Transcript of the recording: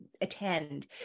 attend